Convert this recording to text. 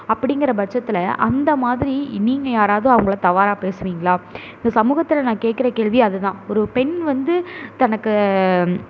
அப்படிங்கிற பட்சத்தில் அந்த மாதிரி நீங்க யாராவது அவங்கள தவறாக பேசுவீங்களா இந்த சமூகத்தில் நான் கேக்கிற கேள்வி அதுதான் ஒரு பெண் வந்து தனக்கு